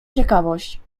ciekawość